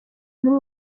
muri